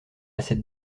cette